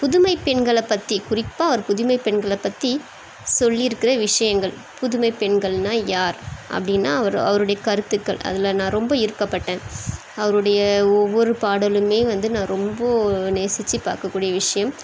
புதுமைப்பெண்கள பற்றி குறிப்பாக அவர் புதுமைப்பெண்களை பற்றி சொல்லி இருக்கிற விஷயங்கள் புதுமை பெண்கள்னா யார் அப்படின்னா அவர் அவருடைய கருத்துக்கள் அதில் நான் ரொம்ப ஈர்க்கப்பட்டேன் அவருடைய ஒவ்வொரு பாடலுமே வந்து நான் ரொம்ப நேசித்து பார்க்கக்கூடிய விஷயம்